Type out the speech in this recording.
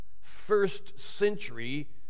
first-century